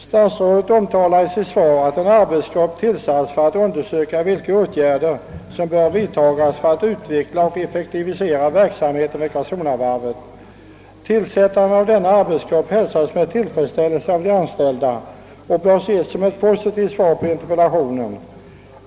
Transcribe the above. Statsrådet omtalar i sitt svar att en arbetsgrupp tillsatts för att undersöka vilka åtgärder som bör vidtagas för att utveckla och effektivisera verksamheten vid Karlskronavarvet. Tillsättandet av denna arbetsgrupp hälsas med tillfredsställelse av de anställda och bör ses som ett positivt svar på interpellationen.